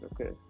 Okay